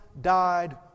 died